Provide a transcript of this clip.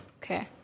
Okay